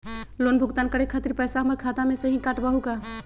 Loan भुगतान करे के खातिर पैसा हमर खाता में से ही काटबहु का?